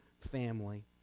family